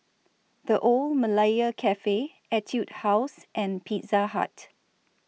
The Old Malaya Cafe Etude House and Pizza Hut